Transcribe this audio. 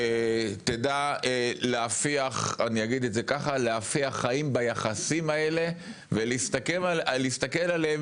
תדע להפיח חיים ביחסים האלה ולהסתכל עליהם